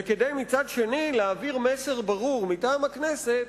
ומצד שני, כדי להעביר מסר ברור מטעם הכנסת,